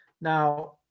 Now